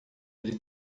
ele